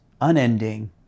unending